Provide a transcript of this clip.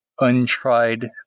untried